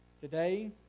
Today